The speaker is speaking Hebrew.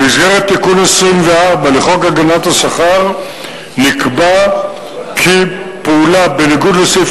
במסגרת תיקון 24 לחוק הגנת השכר נקבע כי פעולה בניגוד לסעיף